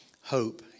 Hope